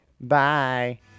Bye